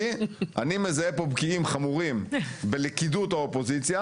אני מזהה פה בקיעים חמורים בלכידות האופוזיציה.